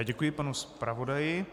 Děkuji panu zpravodaji.